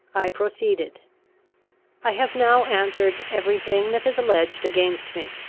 i proceeded i have now answered every thing that is alleged against me.